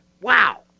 Wow